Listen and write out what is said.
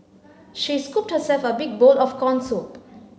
she scooped herself a big bowl of corn soup